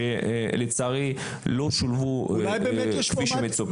שלצערי לא שולבו כפי שמצופה.